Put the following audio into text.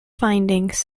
findings